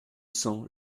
cents